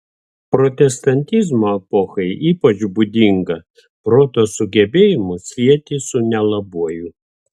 protestantizmo epochai ypač būdinga proto sugebėjimus sieti su nelabuoju